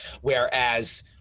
Whereas